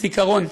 זיכרון.